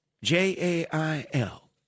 J-A-I-L